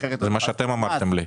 אחרת לא תוכל --- זה מה שאתם אמרתם לי.